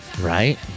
Right